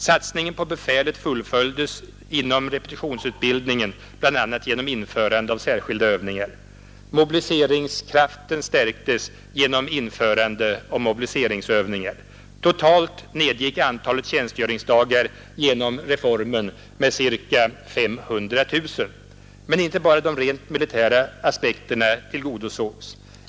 Satsningen på befälet fullföljdes inom repetitionsutbildningen bl.a. genom införandet av särskilda övningar. Mobiliseringskraften stärktes genom införandet av mobiliseringsövningar. Totalt nedgick antalet tjänstgöringsdagar genom reformen med ca 500 000. Men inte bara de rent militära aspekterna tillgodosågs.